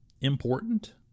important